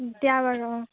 দিয়া বাৰু অঁ